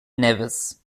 nevis